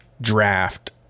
draft